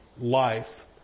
life